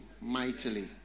mightily